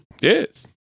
Yes